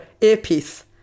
earpiece